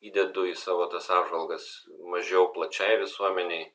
įdedu į savo tas apžvalgas mažiau plačiai visuomenei